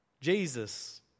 Jesus